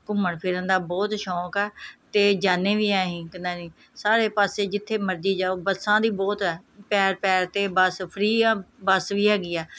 ਘੁੰਮਣ ਫਿਰਨ ਦਾ ਬਹੁਤ ਸ਼ੌਕ ਆ ਅਤੇ ਜਾਂਦੇ ਵੀ ਹਾਂ ਅਸੀਂ ਕਿੰਨਾ ਨਹੀਂ ਸਾਰੇ ਪਾਸੇ ਜਿੱਥੇ ਮਰਜ਼ੀ ਜਾਓ ਬੱਸਾਂ ਦੀ ਬਹੁਤ ਹੈ ਪੈਰ ਪੈਰ 'ਤੇ ਬੱਸ ਫਰੀ ਆ ਬੱਸ ਵੀ ਹੈਗੀ ਆ